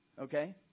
Okay